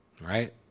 right